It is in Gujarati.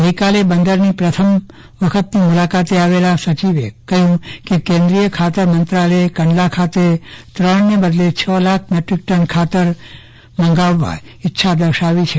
ગઈકાલે બંદરની પ્રથમ વખત મુલાકાતે આવેલા સચિવે કહ્યું હતું કે કેન્દ્રીય ખાતર મંત્રાલયે કંડલા ખાતે ત્રણ ને બદલે છ લાખ મેટ્રિક ટન ખાતર મંગાવવા ઈચ્છા દર્શાવી છે